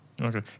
Okay